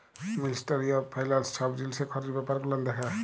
ministry of finance ছব জিলিসের খরচ ব্যাপার গুলান দ্যাখে